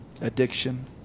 addiction